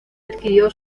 adquirió